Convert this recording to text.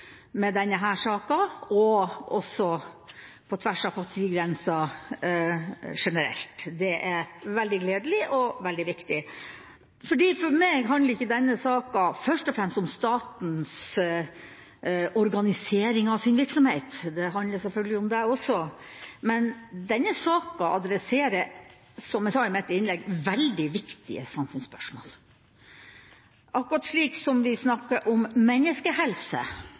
med denne saka, også på tvers av partigrenser. Det er veldig gledelig og veldig viktig. For meg handler ikke denne saka først og fremst om statens organisering av sin virksomhet, sjøl om det selvfølgelig handler om det også, denne saka adresserer, som jeg sa i mitt innlegg, veldig viktige samfunnsspørsmål. Akkurat som vi snakker om